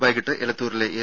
വൈകിട്ട് എലത്തൂരിലെ എൽ